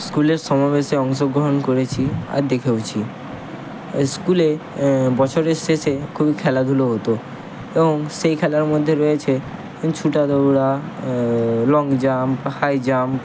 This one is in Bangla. স্কুলের সমাবেশে অংশগ্রহণ করেছি আর দেখেওছি এই স্কুলে বছরের শেষে খুবই খেলাধুলো হতো এবং সেই খেলার মধ্যে রয়েছে এই ছুটা দৌড়া লং জাম্প হাই জাম্প